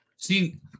See